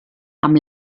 amb